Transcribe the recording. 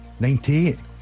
98